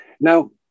Now